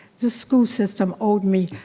this school system owed me,